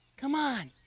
come on,